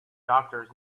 doctors